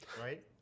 Right